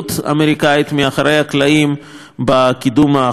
מאחורי הקלעים בקידום ההחלטה הזאת?